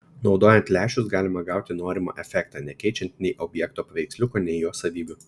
naudojant lęšius galima gauti norimą efektą nekeičiant nei objekto paveiksliuko nei jo savybių